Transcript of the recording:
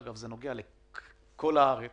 אגב, זה נוגע לכל הארץ